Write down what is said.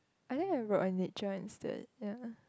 I don't have your on nature instead ya